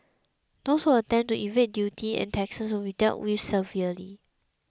those who attempt to evade duty and taxes will be dealt with severely